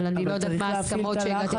אבל אני לא יודעת מה ההסכמות שהגעתם.